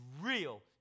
real